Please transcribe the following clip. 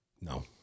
No